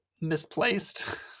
misplaced